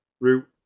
route